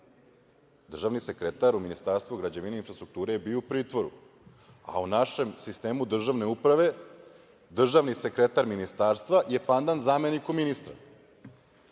Državni sekretar u Ministarstvu građevine i infrastrukture je bio u pritvoru, a u našem sistemu državne uprave državni sekretar ministarstva je pandan zameniku ministra. Zamislite